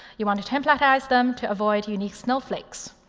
you want to templatize them to avoid unique snowflakes.